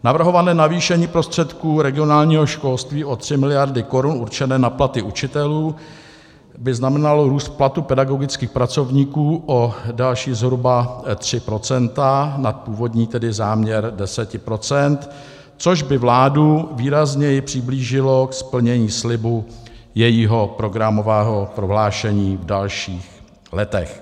Navrhované navýšení prostředků regionálního školství o 3 mld. korun určené na platy učitelů by znamenalo růst platů pedagogických pracovníků o další zhruba 3 % nad původní záměr 10 %, což by vládu výrazněji přiblížilo k splnění slibu jejího programového prohlášení v dalších letech.